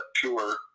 tour